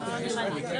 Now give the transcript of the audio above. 11:05.